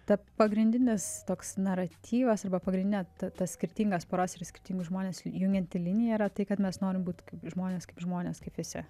ta pagrindinis toks naratyvas arba pagrindinė ta tas skirtingas poras ir skirtingus žmones jungianti linija yra tai kad mes norim būti kaip žmonės kaip žmonės kaip visi